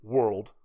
World